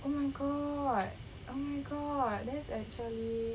oh my god oh my god that's actually